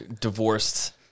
divorced